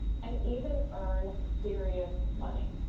and even earn serious money.